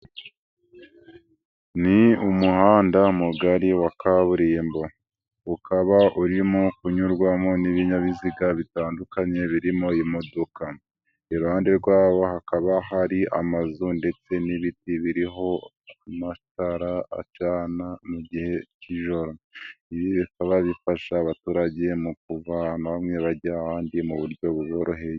Ni umuhanda mugari wa kaburimbo. Ukaba urimo kunyurwamo n'ibinyabiziga bitandukanye birimo imodoka. Iruhande rwabo hakaba hari amazu ndetse n'ibindi biriho amatara acana mu gihe cy'ijoro. Ibi bikaba bifasha abaturage mukuva ahantu hamwe bajya ahandi mu buryo buboroheye.